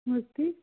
नमस्ते